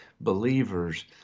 believers